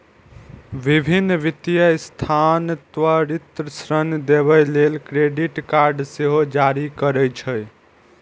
विभिन्न वित्तीय संस्थान त्वरित ऋण देबय लेल क्रेडिट कार्ड सेहो जारी करै छै